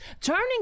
Turning